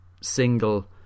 single